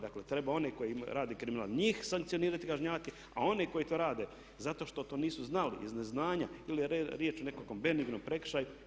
Dakle treba one koji rade kriminal njih sankcionirati, kažnjavati a one koji to rade zato što to nisu znali, iz neznanja ili je riječ o nekakvom benignom prekršaju.